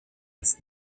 ist